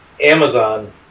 Amazon